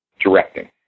Directing